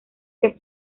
que